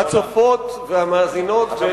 ולכל הצופות והמאזינות.